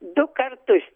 du kartus